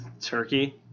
turkey